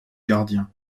gardiens